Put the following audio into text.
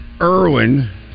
Irwin